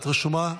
את רשומה.